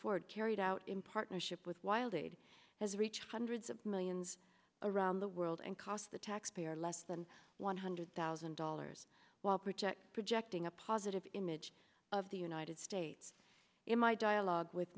ford carried out in partnership with wild aid has reached hundreds of millions around the world and cost the taxpayer less than one hundred thousand dollars while protect projecting a positive image of the united states in my dialogue with